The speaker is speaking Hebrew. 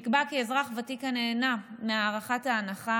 נקבע כי אזרח ותיק הנהנה מהארכת ההנחה